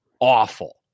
awful